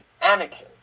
Anakin